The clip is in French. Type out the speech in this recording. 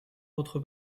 votre